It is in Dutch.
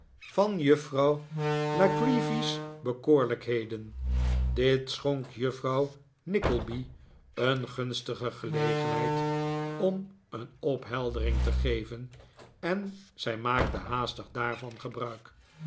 van juffrouw la creevy's bekoorlijkheden dit schonk juffrouw nickleby een gunstige gelegenheid om een opheldering te geven en zij maakte haastig daarvan gebruik